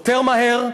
יותר מהר,